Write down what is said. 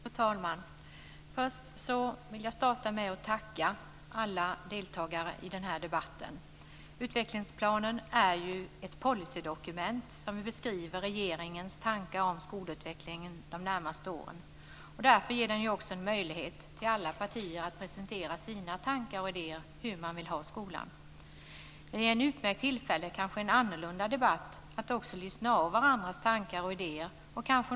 Fru talman! Jag vill starta med att tacka alla deltagare i den här debatten. Utvecklingsplanen är ju ett policydokument som beskriver regeringens tankar om skolutvecklingen de närmaste åren. Därför ger det en möjlighet till alla partier att presentera sina tankar och idéer om hur man vill ha skolan. Det är ett ypperligt tillfälle till kanske en annorlunda debatt att lyssna av varandras tankar och idéer.